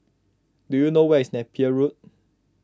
do you know where is Napier Road